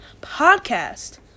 podcast